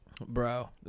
bro